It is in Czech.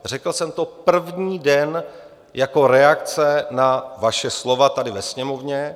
A řekl jsem to první den jako reakci na vaše slova tady ve Sněmovně.